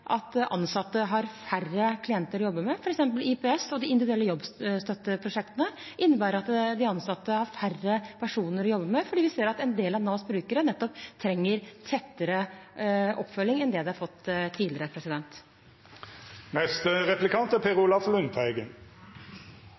at ansatte har færre klienter å jobbe med. IPS og de individuelle jobbstøtteprosjektene innebærer f.eks. at de ansatte har færre personer å jobbe med, fordi vi ser at en del av Navs brukere trenger tettere oppfølging enn de har fått tidligere.